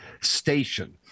station